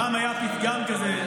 פעם היה פתגם כזה,